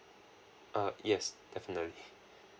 uh yes definitely